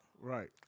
Right